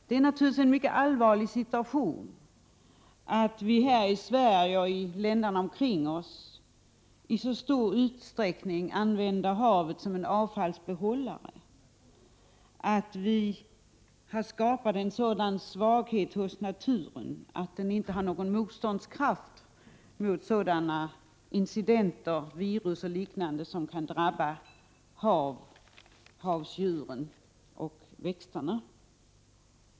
Det är naturligtvis en mycket allvarlig situation då Sverige och länderna runt omkring i så stor utsträckning använder havet som en avfallsbehållare, då vi har skapat en sådan svaghet hos naturen att den inte har någon motståndskraft mot sådana incidenter, virus och liknande, som kan drabba havsdjuren och havsväxterna.